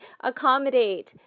accommodate